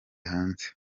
hanze